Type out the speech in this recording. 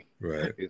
right